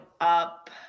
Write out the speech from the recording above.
up